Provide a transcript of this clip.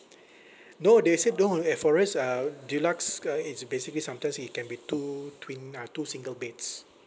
no they say don't eh for us uh deluxe uh it's basically sometimes it can be two twin uh two single beds